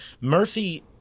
Murphy